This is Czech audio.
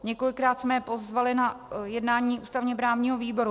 Několikrát jsme je pozvali na jednání ústavněprávního výboru.